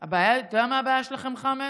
אתה יודע מה הבעיה שלכם, חמד?